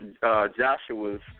Joshua's